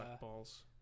balls